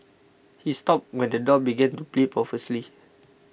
he stopped when the dog began to bleed profusely